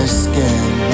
skin